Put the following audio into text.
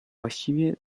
właściwie